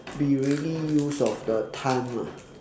be really used of the time ah